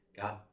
God